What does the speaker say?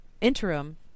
interim